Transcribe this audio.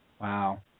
Wow